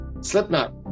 Slipknot